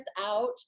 out